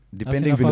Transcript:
depending